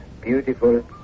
beautiful